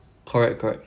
correct correct